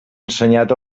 ensenyat